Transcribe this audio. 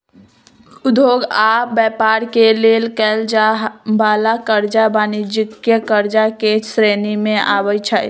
उद्योग आऽ व्यापार के लेल कएल जाय वला करजा वाणिज्यिक करजा के श्रेणी में आबइ छै